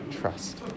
Trust